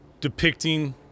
depicting